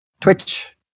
Twitch